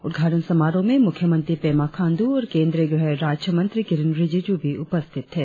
उदघाटन समारोह में मुख्यमंत्री पेमा खाण्ड्र और केंद्रीय गृह राज्य मंत्री किरेन रिजिजू भी उपस्थित थे